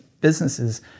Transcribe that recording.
businesses